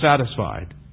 satisfied